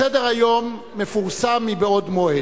סדר-היום מפורסם מבעוד מועד.